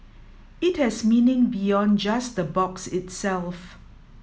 it has meaning beyond just the box itself